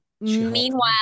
Meanwhile